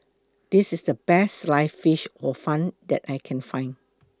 This IS The Best Sliced Fish Hor Fun that I Can Find